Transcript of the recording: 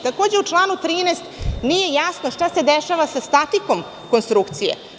Takođe, u članu 13. nije jasno šta se dešava sa statikom konstrukcije?